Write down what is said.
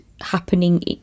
happening